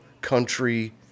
country